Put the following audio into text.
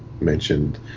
mentioned